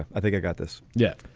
i think i got this. yeah.